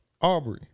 Aubrey